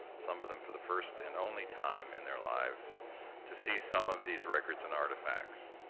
some of them for the first and only time in their lives to see some of these records and artifacts.